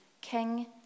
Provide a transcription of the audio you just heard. King